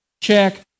check